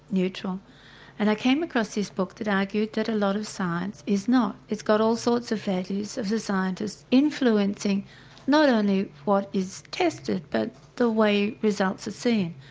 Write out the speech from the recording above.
and i came across this book that argued that a lot of science is not it's got all sorts of values of the scientists', influencing not only what is tested but the way results are seen.